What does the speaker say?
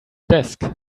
desk